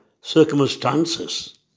Circumstances